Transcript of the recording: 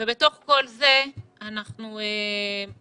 בתוך כל זה אנחנו מבקשים